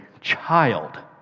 child